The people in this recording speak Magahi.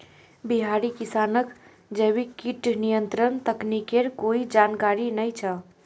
बिहारी किसानक जैविक कीट नियंत्रण तकनीकेर कोई जानकारी नइ छ